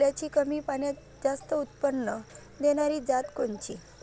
सोल्याची कमी पान्यात जास्त उत्पन्न देनारी जात कोनची?